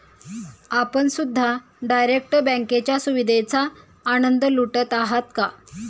आपण सुद्धा डायरेक्ट बँकेच्या सुविधेचा आनंद लुटत आहात का?